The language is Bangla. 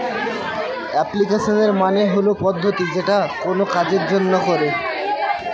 অ্যাপ্লিকেশন মানে হল পদ্ধতি যেটা কোনো কাজের জন্য করে